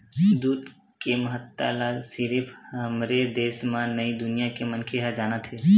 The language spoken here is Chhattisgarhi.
दूद के महत्ता ल सिरिफ हमरे देस म नइ दुनिया के मनखे ह जानत हे